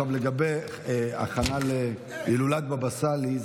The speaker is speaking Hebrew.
לגבי הכנה להילולת בבא סאלי,